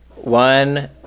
one